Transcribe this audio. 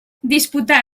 disputà